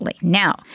Now